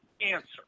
answer